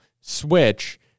switch